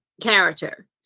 character